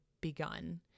begun